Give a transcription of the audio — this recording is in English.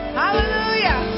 Hallelujah